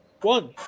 one